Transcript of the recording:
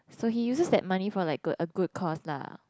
so he uses that money for like a a good cause lah